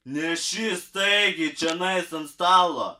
neši staigiai čionai ant stalo